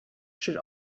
should